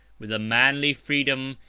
with a manly freedom,